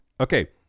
okay